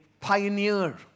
pioneer